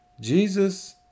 Jesus